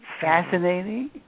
Fascinating